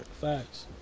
Facts